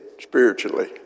Spiritually